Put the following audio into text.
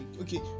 okay